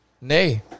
nay